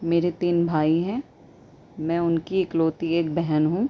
میرے تین بھائی ہیں میں ان کی اکلوتی ایک بہن ہوں